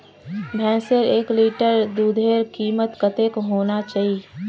भैंसेर एक लीटर दूधेर कीमत कतेक होना चही?